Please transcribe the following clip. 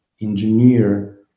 engineer